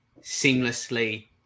seamlessly